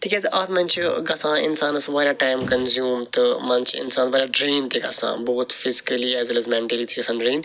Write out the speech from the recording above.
تِکیٛازِ اتھ مَنٛز چھُ گَژھان اِنسانَس واریاہ ٹایم کَنزیٛوٗم تہٕ مَنٛزٕ چھُ اِنسان واریاہ ڈرٛین تہِ گَژھان both physically as well as mentally تہ چھُ گَژھان ڈرٛین